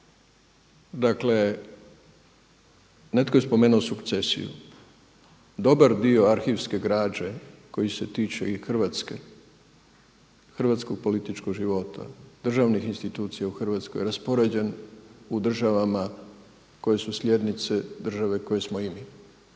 Dakle, netko je spomenuo sukcesiju, dobar dio arhivske građe koji se tiče i Hrvatske, hrvatskog političkog života, državnih institucija u Hrvatskoj raspoređen u državama koje su slijednice države koje smo i mi.